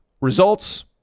results